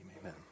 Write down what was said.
Amen